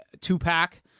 two-pack